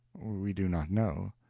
we do not know.